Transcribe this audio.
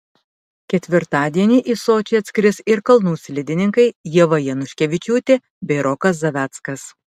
ketvirtadienį į sočį atskris ir kalnų slidininkai ieva januškevičiūtė bei rokas zaveckas